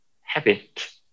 habit